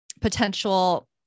potential